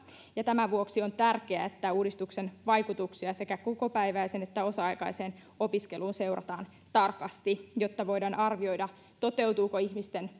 tämän vuoksi on tärkeää että uudistuksen vaikutuksia sekä kokopäiväiseen että osa aikaiseen opiskeluun seurataan tarkasti jotta voidaan arvioida toteutuvatko ihmisten